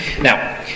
Now